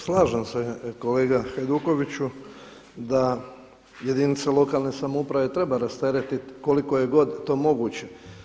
Slažem se kolega Hajdukoviću da jedinica lokalne samouprave treba rasteretiti koliko je god to moguće.